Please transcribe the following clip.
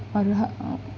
اور